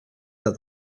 that